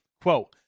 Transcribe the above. Quote